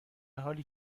حالی